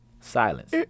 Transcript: Silence